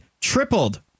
tripled